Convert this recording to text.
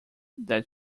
that